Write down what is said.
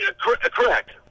Correct